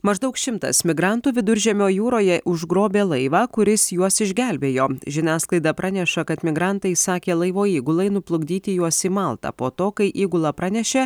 maždaug šimtas migrantų viduržemio jūroje užgrobė laivą kuris juos išgelbėjo žiniasklaida praneša kad migrantai įsakė laivo įgulai nuplukdyti juos į maltą po to kai įgula pranešė